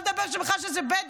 שלא נדבר בכלל על כך שאלה בדואים,